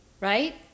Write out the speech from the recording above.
right